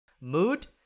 Mood